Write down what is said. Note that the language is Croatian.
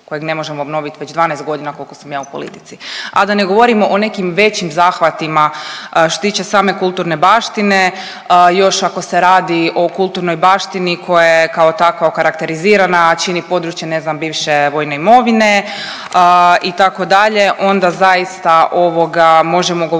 kojeg ne možemo obnovit već 12 godina koliko sam ja u politici, a da ne govorimo o nekim većim zahvatima što se tiče same kulturne baštine. Još ako se radi o kulturnoj baštini koja je kao takva okarakterizirana, a čini područje ne znam bivše vojne imovine itd., onda zaista ovoga možemo govoriti